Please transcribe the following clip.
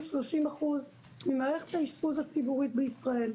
30% ממערכת האשפוז הציבורית בישראל,